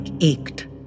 ached